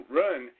run